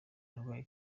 arwaye